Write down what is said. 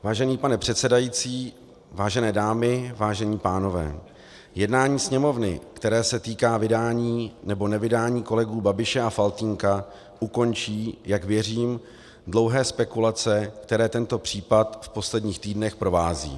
Vážený pane předsedající, vážené dámy, vážení pánové, jednání Sněmovny, které se týká vydání nebo nevydání kolegů Babiše a Faltýnka, ukončí, jak věřím, dlouhé spekulace, které tento případ v posledních týdnech provázejí.